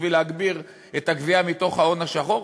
להגביר את הגבייה מתוך ההון השחור,